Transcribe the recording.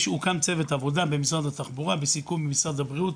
הוקם צוות עבודה במשרד התחבורה בסיכום עם משרד הבריאות,